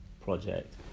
project